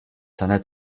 handelt